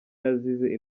yazize